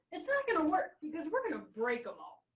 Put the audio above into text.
it's not going to work because we're going to break them all.